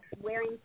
wearing